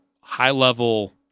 high-level